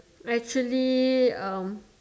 actually um